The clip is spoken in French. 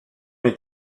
est